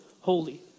holy